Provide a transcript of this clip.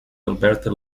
alberta